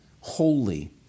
holy